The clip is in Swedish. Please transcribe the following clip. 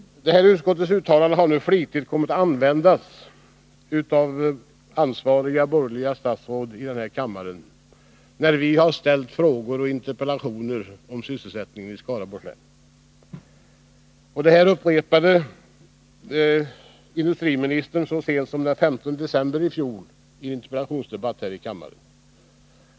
Detta utskottets uttalande har använts flitigt av ansvariga borgerliga statsråd när vi från Skaraborg ställt frågor och väckt interpellationer i riksdagen om sysselsättningen i Skaraborgs län. Detta upprepades i en interpellationsdebatt här i kammaren så sent som den 15 december i fjol av industriministern.